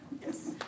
yes